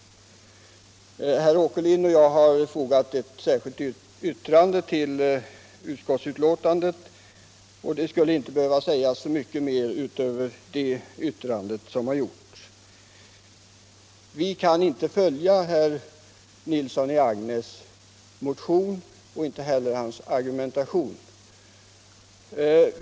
Herr Åkerlind och jag har fogat ett särskilt yttrande till utskottets betänkande. Så mycket skulle inte behöva sägas utöver det yttrandet. Vi kan inte följa herr Nilssons motion och inte heller hans argumentation.